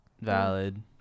valid